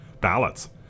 ballots